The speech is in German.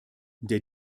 der